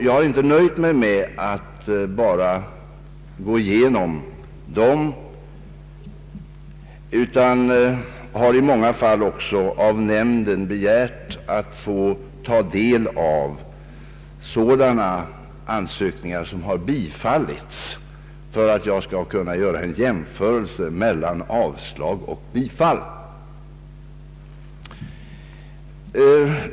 Jag har inte nöjt mig med att bara gå igenom dem, utan jag har i många fall också av nämnden begärt att få ta del av sådana ansökningar som har bifallits för att jag skall kunna göra en jämförelse mellan avslag och bifall.